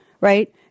Right